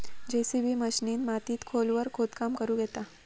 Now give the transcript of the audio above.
JCB मशिनीन मातीत खोलवर खोदकाम करुक येता